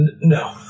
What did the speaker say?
No